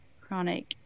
chronic